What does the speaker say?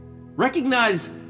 Recognize